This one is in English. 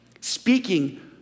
speaking